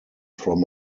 from